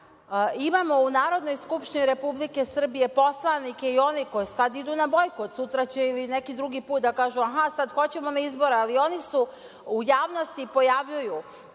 imamo u Narodnoj skupštini Republike Srbije poslanike i one koji sada idu na bojkot, sutra će ili neki drugi put da kažu – sada hoćemo na izbori, ali oni se u javnosti pojavljuju